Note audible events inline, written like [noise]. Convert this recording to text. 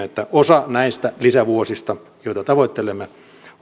[unintelligible] että osa näistä lisävuosista joita tavoittelemme